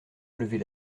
lever